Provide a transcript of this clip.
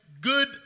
good